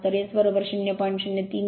तर S 0